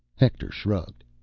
hector shrugged.